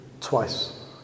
Twice